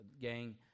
gang